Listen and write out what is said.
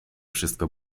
wszystko